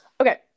Okay